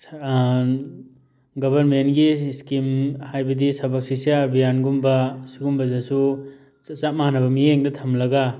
ꯒꯕꯔꯃꯦꯟꯒꯤ ꯏꯁꯀꯤꯝ ꯍꯥꯏꯕꯗꯤ ꯁꯔꯚ ꯁꯤꯛꯁꯥ ꯑꯚꯤꯌꯥꯟꯒꯨꯝꯕ ꯑꯁꯤꯒꯨꯝꯕꯗꯁꯨ ꯆꯞ ꯃꯥꯟꯅꯕ ꯃꯤꯠꯌꯦꯡꯗ ꯊꯝꯂꯒ